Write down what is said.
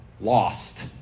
lost